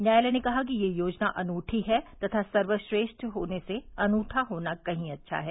न्यायालय ने कहा कि यह योजना अनूठी है तथा सर्वश्रेष्ठ होने से अनूठा होना कहीं अच्छा है